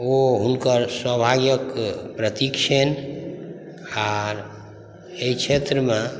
ओ हुनकर सौभाग्यके प्रतीक छिअनि आओर एहि क्षेत्रमे